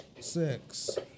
Six